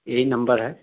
ये ही नंबर है